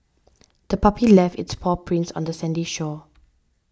the puppy left its paw prints on the sandy shore